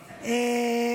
הבא,